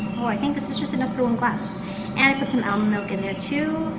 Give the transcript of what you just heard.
oh, i think this is just enough for one glass and i put some almond milk in there, too.